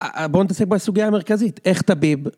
בואו נתעסק בסוגיה המרכזית, איך טביב